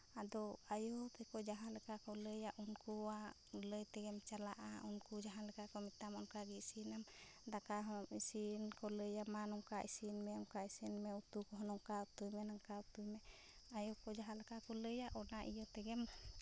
ᱟᱫᱚ ᱟᱭᱚ ᱛᱟᱠᱚ ᱡᱟᱦᱟᱸᱞᱮᱠᱟ ᱠᱚ ᱞᱟᱹᱭᱟ ᱩᱱᱠᱩᱣᱟᱜ ᱞᱟᱹᱭ ᱛᱮᱜᱮᱢ ᱪᱟᱞᱟᱜᱼᱟ ᱩᱱᱠᱩ ᱡᱟᱦᱟᱸᱞᱮᱠᱟ ᱠᱚ ᱢᱮᱛᱟᱢᱟ ᱚᱱᱠᱟᱜᱮ ᱤᱥᱤᱱᱟᱢ ᱫᱟᱠᱟᱦᱚᱸ ᱤᱥᱤᱱᱠᱚ ᱞᱟᱹᱭᱟᱢᱟ ᱱᱚᱝᱠᱟ ᱤᱥᱤᱱ ᱢᱮ ᱚᱱᱠᱟ ᱤᱥᱤᱱᱢᱮ ᱩᱛᱩ ᱠᱚᱦᱚᱸ ᱱᱚᱝᱠᱟ ᱩᱛᱩᱭ ᱢᱮ ᱱᱷᱟᱝᱠᱟ ᱩᱛᱩᱭ ᱢᱮ ᱟᱭᱚ ᱠᱚ ᱡᱟᱦᱟᱸᱞᱮᱠᱟ ᱠᱚ ᱞᱟᱹᱭᱟ ᱚᱱᱟ ᱤᱭᱟᱹ ᱛᱮᱜᱮᱢ